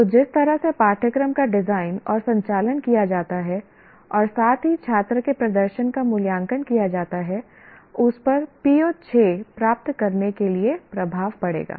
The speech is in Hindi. तो जिस तरह से पाठ्यक्रम का डिज़ाइन और संचालन किया जाता है और साथ ही छात्र के प्रदर्शन का मूल्यांकन किया जाता है उस पर PO6 प्राप्त करने के लिए प्रभाव पड़ेगा